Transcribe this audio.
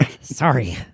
Sorry